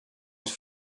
use